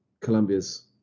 Colombia's